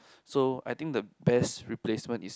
so I think the best replacement is